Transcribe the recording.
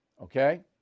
Okay